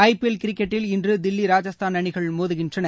ஐ P L கிரிக்கெட்டில் இன்று தில்லி ராஜஸ்தான் அணிகள் மோதுகின்றன